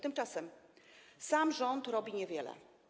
Tymczasem sam rząd robi niewiele.